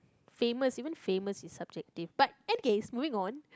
famous even famous is subjective but end case moving on